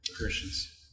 Christians